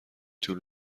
طول